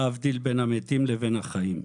להבדיל בין המתים לבין החיים.